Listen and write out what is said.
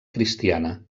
cristiana